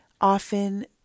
often